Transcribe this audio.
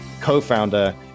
co-founder